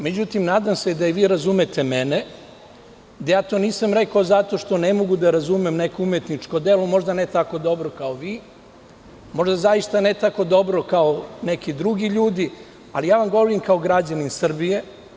Međutim, nadam se da i vi mene razumete, da to nisam rekao zato što ne mogu da razumem neko umetničko delo, možda ne tako dobro kao vi, možda zaista ne tako dobro kao neki drugi ljudi, ali govorim vam kao građanin Srbije.